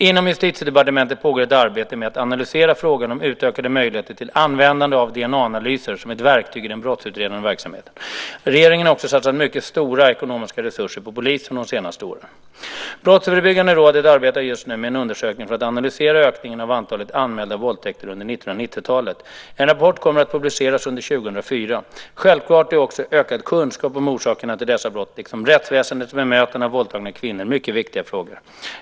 Inom Justitiedepartementet pågår ett arbete med att analysera frågan om utökade möjligheter till användande av DNA-analyser som ett verktyg i den brottsutredande verksamheten. Regeringen har också satsat mycket stora ekonomiska resurser på polisen de senaste åren. Brottsförebyggande rådet arbetar just nu med en undersökning för att analysera ökningen av antalet anmälda våldtäkter under 1990-talet. En rapport kommer att publiceras under 2004. Självfallet är också ökad kunskap om orsakerna till dessa brott liksom rättsväsendets bemötande av våldtagna kvinnor mycket viktiga frågor.